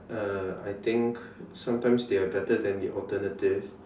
uh I think sometimes they are better than the alternatives